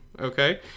okay